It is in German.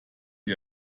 ich